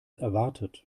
erwartet